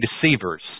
deceivers